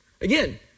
Again